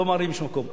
לא ממהרים לשום מקום.